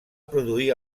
produir